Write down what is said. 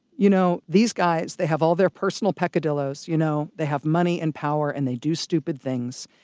you know, these guys, they have all their personal peccadillos, you know, they have money and power and they do stupid things.